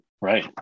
Right